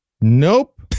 Nope